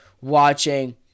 watching